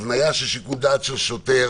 הבניה של שיקול דעת של שוטר